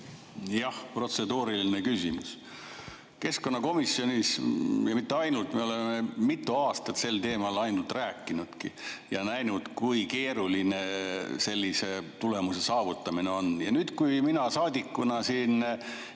Jah, protseduuriline küsimus. Keskkonnakomisjonis, ja mitte ainult, me oleme mitu aastat sel teemal ainult rääkinud ja näinud, kui keeruline selle tulemuse saavutamine on. Nüüd kui mina saadikuna